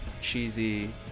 cheesy